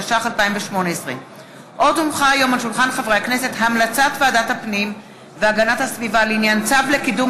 התשע"ח 2018. המלצת ועדת הפנים והגנת הסביבה לעניין צו לקידום